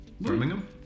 Birmingham